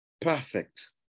perfect